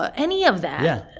ah any of that. yeah.